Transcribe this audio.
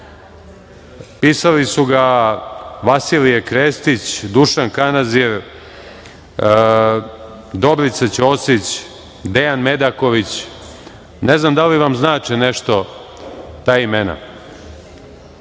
Pisali su ga Vasilije Krestić, Dušan Kanazir, Dobrica Ćosić, Dejan Medaković. Ne znam da li vam znače nešto ta